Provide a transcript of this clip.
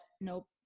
nope